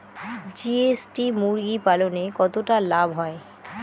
GST মুরগি পালনে কতটা লাভ হয়?